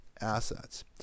assets